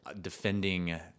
defending